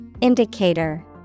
Indicator